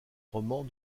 romans